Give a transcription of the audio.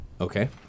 Okay